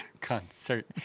concert